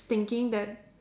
thinking that